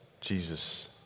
Jesus